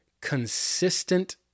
consistent